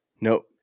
Nope